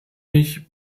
mich